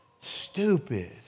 stupid